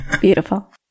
Beautiful